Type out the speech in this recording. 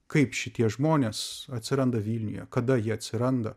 kaip šitie žmonės atsiranda vilniuje kada jie atsiranda